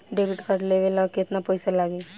Debit card लेवे ला केतना पईसा लागी?